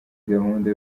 gahunda